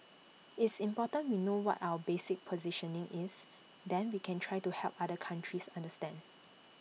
it's important we know what our basic positioning is then we can try to help other countries understand